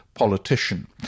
Politician